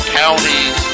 counties